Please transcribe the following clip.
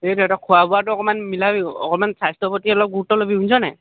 সেইটোৱেইতো তই খোৱা বোৱাটো অকমান মিলাবি অকমান স্বাস্থ্যৰ প্ৰতি অলপ গুৰুত্ব ল'বি শুনিছনে নাই